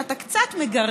כשאתה קצת מגרד,